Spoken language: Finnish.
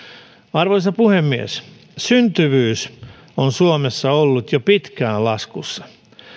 arvoisa puhemies syntyvyys on suomessa ollut jo pitkään laskussa